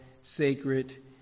sacred